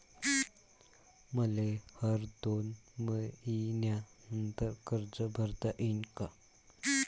मले हर दोन मयीन्यानंतर कर्ज भरता येईन का?